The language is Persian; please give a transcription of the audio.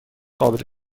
قابل